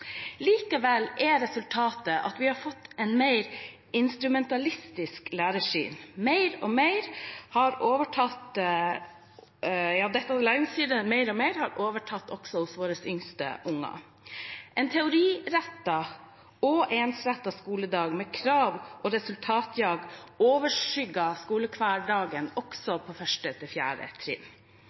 Likevel er resultatet at vi har fått et mer instrumentalistisk læringssyn, og at dette læringssynet mer og mer har overtatt også for våre yngste unger. En teorirettet og ensrettet skoledag med krav og resultatjag overskygger skolehverdagen også på 1. til 4. trinn.